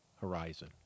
horizon